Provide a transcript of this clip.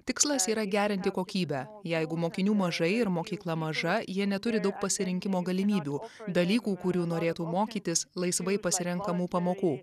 tikslas yra gerinti kokybę jeigu mokinių mažai ir mokykla maža jie neturi daug pasirinkimo galimybių dalykų kurių norėtų mokytis laisvai pasirenkamų pamokų